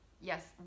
yes